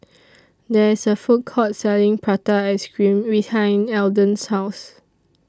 There IS A Food Court Selling Prata Ice Cream behind Elden's House